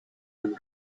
and